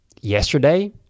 yesterday